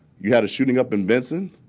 you had a shooting up in benson.